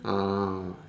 ah